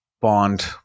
bond